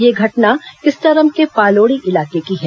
यह घटना किस्टारम के पालोड़ी इलाके की है